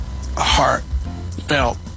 heartfelt